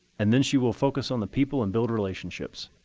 and then she will focus on the people and build relationships.